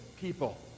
people